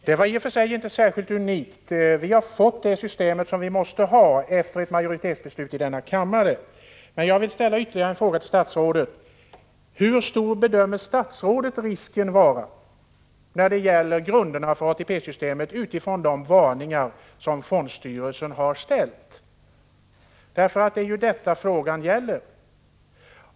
Herr talman! Det var i och för sig inte särskilt unikt. Vi har fått det system som vi måste ha efter ett majoritetsbeslut i riksdagen. Men jag vill ställa ytterligare ett par frågor till statsrådet: Hur stor bedömer statsrådet risken vara när det gäller grunderna för ATP-systemet, utifrån de varningar som fondstyrelsen har framfört? Det är ju detta saken gäller.